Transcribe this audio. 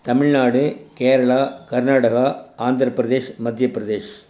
Tamil Nadu Kerala Karnataka Andhra Pradesh Madhya Pradesh